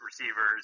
receivers